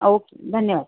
okay धन्यवाद